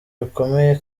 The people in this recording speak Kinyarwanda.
bikomeye